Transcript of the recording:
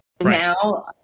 now